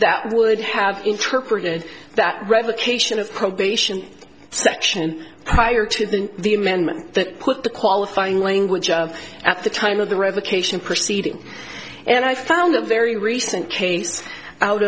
that would have interpreted that revocation of probation section prior to the the amendment that put the qualifying language of at the time of the revocation proceeding and i found a very recent case out